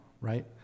right